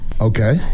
Okay